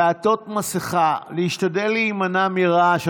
לעטות מסכה, להשתדל להימנע מרעש.